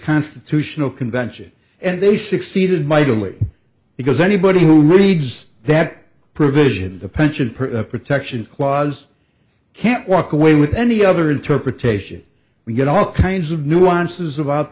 constitutional convention and they succeeded mightily because anybody who reads that provision the pension protection clause can't walk away with any other interpretation we get all kinds of nuances